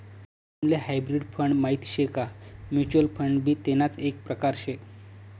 तुम्हले hybrid fund माहित शे का? म्युच्युअल फंड भी तेणाच एक प्रकार से